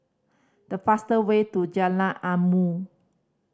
the fastest way to Jalan Ilmu